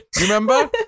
remember